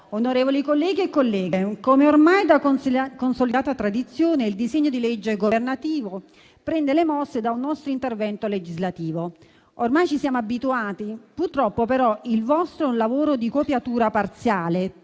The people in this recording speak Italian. onorevoli colleghe e colleghi, come ormai da consolidata tradizione, il disegno di legge governativo prende le mosse da un nostro intervento legislativo. Ormai ci siamo abituati. Purtroppo, però, il vostro è un lavoro di copiatura parziale,